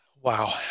wow